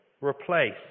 replace